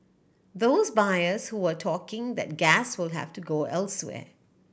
those buyers who were talking that gas will have to go elsewhere